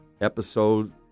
episode